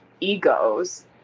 egos